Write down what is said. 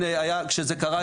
כשזה קרה,